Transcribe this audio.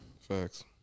Facts